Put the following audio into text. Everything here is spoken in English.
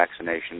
vaccinations